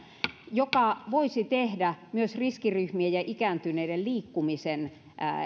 mikä voisi tehdä myös riskiryhmien ja ikääntyneiden liikkumisen